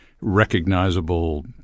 recognizable